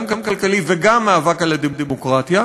גם כלכלי וגם מאבק על הדמוקרטיה,